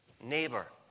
neighbor